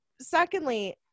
secondly